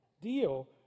deal